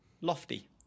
Lofty